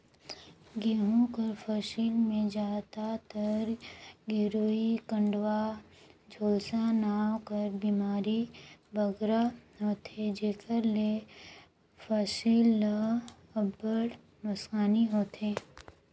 गहूँ कर फसिल में जादातर गेरूई, कंडुवा, झुलसा नांव कर बेमारी बगरा होथे जेकर ले फसिल ल अब्बड़ नोसकानी होथे